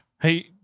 Hey